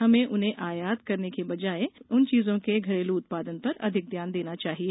हमें इन्हें आयात करने के बजाय इन चीजो के घरेलू उत्पादन पर अधिक ध्यान देना चाहिये